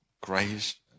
grace